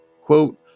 quote